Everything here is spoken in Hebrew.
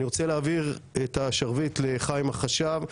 אני רוצה להעביר את השרביט לחיים החשב.